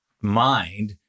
mind